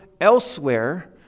elsewhere